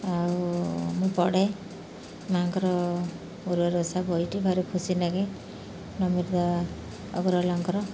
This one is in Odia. ଆଉ ମୁଁ ପଢ଼େ ମାଆଙ୍କର ଗୁରୁବାର ଓଷା ବହିଟି ଭାରି ଖୁସି ଲାଗେ ନମୀତା ଅଗ୍ରୱାଲାଙ୍କର